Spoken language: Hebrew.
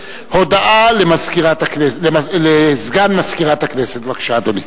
הודעה לסגן מזכירת הכנסת, בבקשה, אדוני.